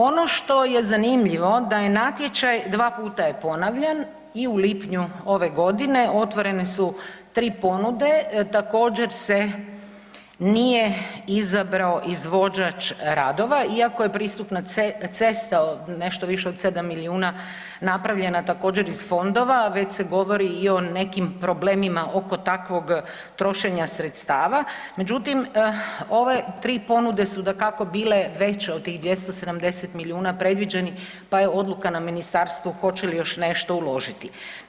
Ono što je zanimljivo da je natječaj, 2 puta je ponavljan i u lipnju ove godine otvorene su 3 ponude također se nije izabrao izvođač radova iako je pristupna cesta, nešto više od 7 milijuna napravljena također iz fondova već se govori i o nekim problemima oko takvog trošenja sredstava, međutim ove 3 ponude su dakako bile veće od tih 270 milijuna predviđenih pa je odluka na ministarstvu hoće li još nešto uložiti.